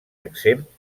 exempt